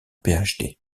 phd